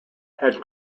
had